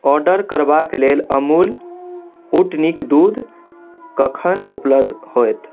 order करबाके लेल अमूल उँटनीके दूध कखन उपलब्ध होएत